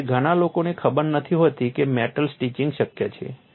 કારણ કે ઘણા લોકોને ખબર નથી હોતી કે મેટલ સ્ટિચિંગ શક્ય છે